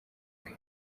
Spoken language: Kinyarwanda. bwe